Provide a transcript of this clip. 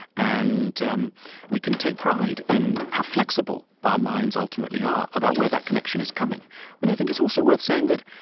and um we can take pride in how flexible our minds ultimately are about where that connection is coming and i think it's also worth saying that,